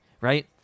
right